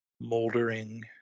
Moldering